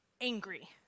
angry